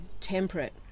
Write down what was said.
temperate